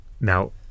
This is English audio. Now